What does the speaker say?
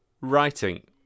writing